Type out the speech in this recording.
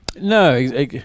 No